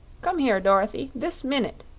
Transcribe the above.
come here, dorothy this minute!